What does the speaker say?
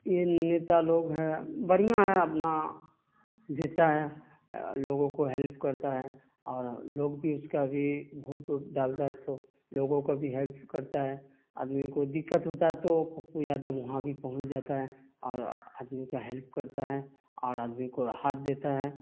یہ نیتا لوگ ہے بڑھیاں ہے اپنا دیتا ہے لوگوں کو ہیلپ کرتا ہے اور لوگ بھی اس کا بھی بھوٹ ووٹ ڈالتا ہے تو لوگوں کا بھی ہیلپ کرتا ہے آدمی کو دقت ہوتا ہے تو پپو یادو وہاں بھی پہنچ جاتا ہے اور آدمی کا ہیلپ کرتا ہے اور آدمی کو راحت دیتا ہے